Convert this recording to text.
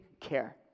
care